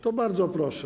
To bardzo proszę.